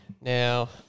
Now